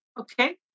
okay